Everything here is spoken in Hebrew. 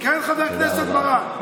כן, חבר הכנסת בן ברק.